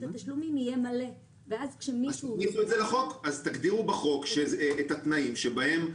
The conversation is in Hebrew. התשלומים יהיה מלא ואז כשמישהו --- אז תגדירו בחוק את התנאים שבהם,